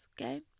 okay